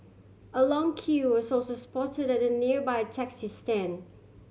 a long queue was also spotted at the nearby taxi stand